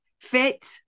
Fit